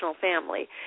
family